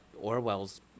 Orwell's